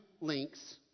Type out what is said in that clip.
links